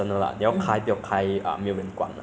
some teachers will switch on their face cam lah